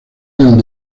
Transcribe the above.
del